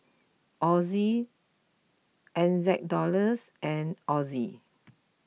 Aud N Z dollars and Aud